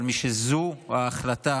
אבל משזו ההחלטה